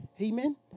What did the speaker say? Amen